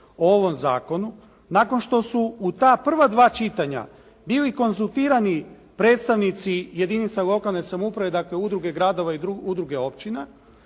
o ovom zakonu, nakon što su u ta prva dva čitanja bili konzultirani predstavnici jedinica lokalne samouprave dakle udruge gradova i udruge općina